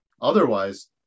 Otherwise